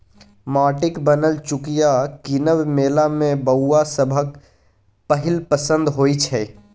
माटिक बनल चुकिया कीनब मेला मे बौआ सभक पहिल पसंद होइ छै